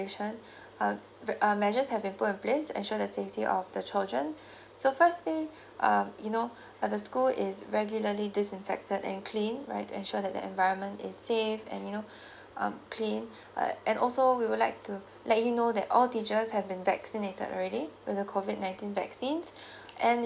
uh measures have been put on place to ensure the safety of the children so first thing um you know uh the school is regularly disinfected and cleaned right ensure that the environment is safe and you know um clean uh and also we would like to let you know that all teachers have been vaccinated already with the COVID nineteen vaccines and